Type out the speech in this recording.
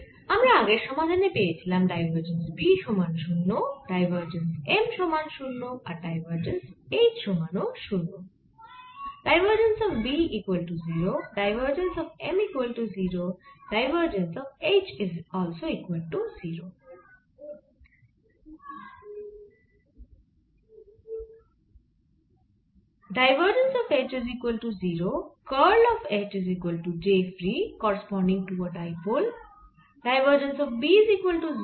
আমরা আগের সমাধানে পেয়েছিলাম ডাইভারজেন্স B সমান 0 ডাইভারজেন্স M সমান 0 আর ডাইভারজেন্স H সমান ও 0